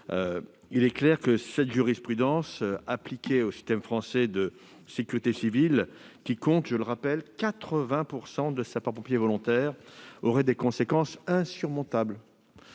l'application de cette jurisprudence au système français de sécurité civile, qui compte, je le rappelle, 80 % de sapeurs-pompiers volontaires, aurait des conséquences insurmontables